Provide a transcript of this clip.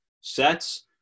sets